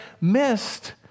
missed